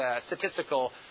statistical